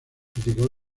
criticó